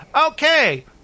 Okay